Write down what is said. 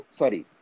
sorry